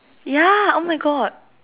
ya oh my God